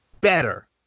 better